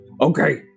Okay